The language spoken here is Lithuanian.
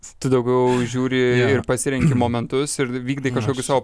tu daugiau žiūri ir pasirenki momentus ir vykdai kažkokius savo